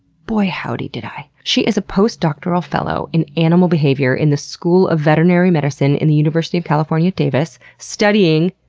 boy howdy, did i. she is a postdoctoral fellow in animal behavior in the school of veterinary medicine at the university of california at davis studying,